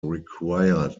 required